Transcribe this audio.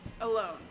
alone